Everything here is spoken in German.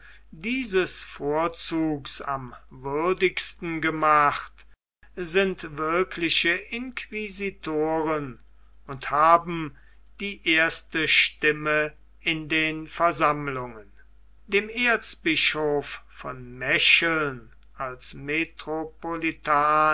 dieses vorzugs am würdigsten gemacht sind wirkliche inquisitoren und haben die erste stimme in den versammlungen dem erzbischof von mecheln als metropolitan